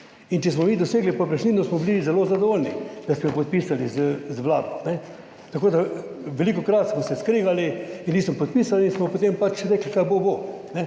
In če smo mi dosegli povprečnino, smo bili zelo zadovoljni, da smo jo podpisali z vlado. Velikokrat smo se skregali in nismo podpisali in smo potem pač rekli, kar bo, bo.